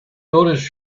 noticed